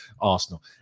Arsenal